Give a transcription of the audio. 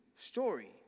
story